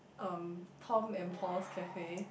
um Tom and Paul's Cafe